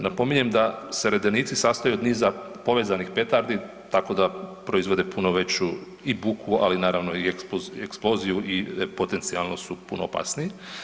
Napominjem da se redenici sastoje od niza povezanih petardi tako da proizvode puno veću i buku, ali naravno i eksploziju i potencijalno su puno opasniji.